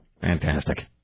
Fantastic